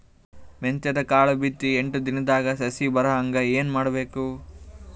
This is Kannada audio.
ಮೆಂತ್ಯದ ಕಾಳು ಬಿತ್ತಿ ಎಂಟು ದಿನದಾಗ ಸಸಿ ಬರಹಂಗ ಏನ ಮಾಡಬೇಕು?